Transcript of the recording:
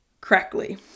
correctly